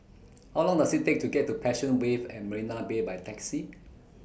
How Long Does IT Take to get to Passion Wave At Marina Bay By Taxi